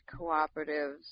cooperatives